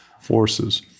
forces